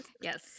Yes